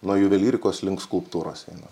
nuo juvelyrikos link skulptūros eina